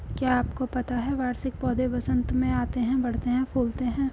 क्या आपको पता है वार्षिक पौधे वसंत में आते हैं, बढ़ते हैं, फूलते हैं?